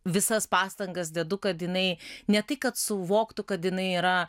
visas pastangas dedu kad jinai ne tai kad suvoktų kad jinai yra